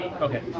Okay